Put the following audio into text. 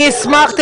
אני אשמח,